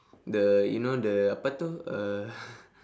the you know the apa itu uh